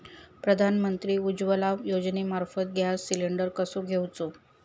प्रधानमंत्री उज्वला योजनेमार्फत gas cylinder कसो घेऊचो?